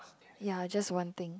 ya just one thing